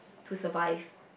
to survive